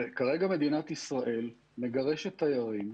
כרגע מדינת ישראל מגרשת תיירים,